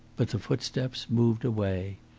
but the footsteps moved away.